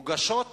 מוגשות